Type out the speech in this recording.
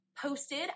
posted